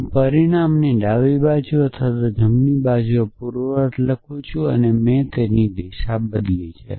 હું પરિણામે ડાબી બાજુ અને જમણી બાજુએ પૂર્વવર્તી લખું છું અને મેં તેની દિશા બદલી છે